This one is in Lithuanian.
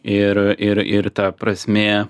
ir ir ir ta prasmė